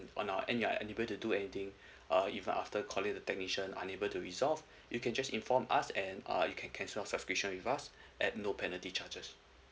on our and you're unable to do anything uh if after calling the technician unable to resolve you can just inform us and err you can cancel your subscription with us at no penalty charges